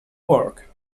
work